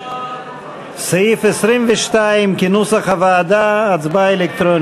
סעיף 22, כהצעת הוועדה, נתקבל.